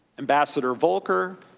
ambassador volker,